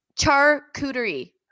Charcuterie